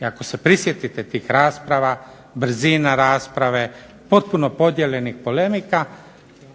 i ako se prisjetite tih rasprava, brzine rasprave, potpuno podijeljenih polemika,